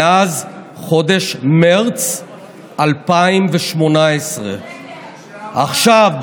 מאז חודש מרץ 2018. עכשיו,